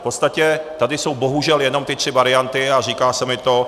V podstatě tady jsou bohužel jenom ty tři varianty, a říká se mi to nelehko.